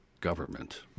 government